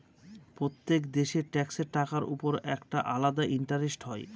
প্রত্যেক দেশের ট্যাক্সের টাকার উপর আলাদা ইন্টারেস্ট হয়